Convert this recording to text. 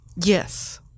Yes